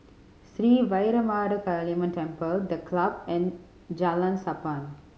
Sri Vairavimada Kaliamman Temple The Club and Jalan Sappan